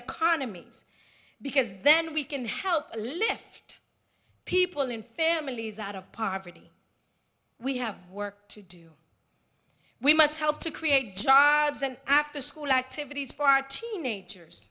economies because then we can help lift people in families out of poverty we have work to do we must help to create jobs and after school activities for our teenagers